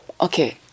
Okay